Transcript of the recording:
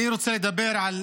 אני רוצה לדבר על